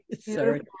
sorry